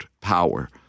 power